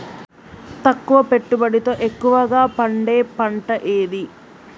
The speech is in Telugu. తక్కువ పెట్టుబడితో ఎక్కువగా పండే పంట ఏది?